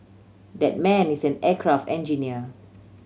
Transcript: that man is an aircraft engineer